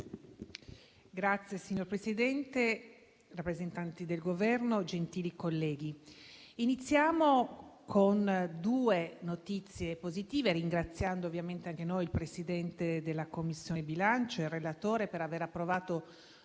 Signor Presidente, rappresentanti del Governo, gentili colleghi, iniziamo con due notizie positive, ringraziando ovviamente anche noi il Presidente della Commissione bilancio e il relatore per aver approvato